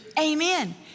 amen